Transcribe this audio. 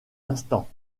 instant